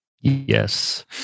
Yes